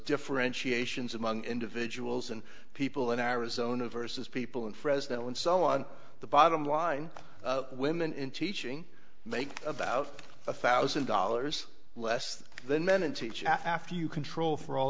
differentiations among individuals and people in arizona versus people in fresno and so on the bottom line women in teaching make about a thousand dollars less than men and teach after you control for all